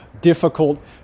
difficult